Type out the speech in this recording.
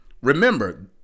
remember